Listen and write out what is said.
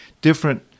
different